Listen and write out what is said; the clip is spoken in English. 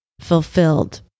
fulfilled